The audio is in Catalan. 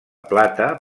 plata